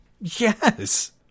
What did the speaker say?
Yes